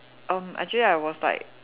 erm actually I was like